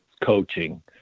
coaching